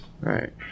right